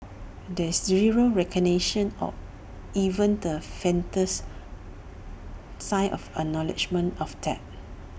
there's zero recognition or even the faintest sign of acknowledgement of that